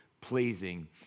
pleasing